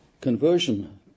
conversion